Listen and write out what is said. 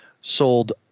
sold